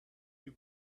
you